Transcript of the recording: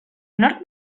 nork